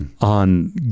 On